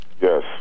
Yes